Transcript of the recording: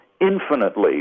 infinitely